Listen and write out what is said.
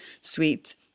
sweet